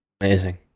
Amazing